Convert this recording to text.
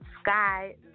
Sky